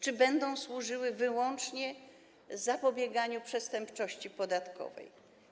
Czy będą służyły wyłącznie zapobieganiu przestępczości podatkowej?